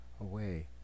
away